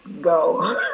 go